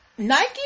Nike